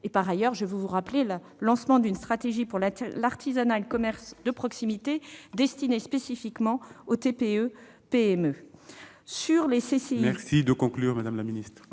Par ailleurs, je vous rappelle le lancement d'une stratégie nationale pour l'artisanat et le commerce de proximité, destinée spécifiquement aux TPE et PME.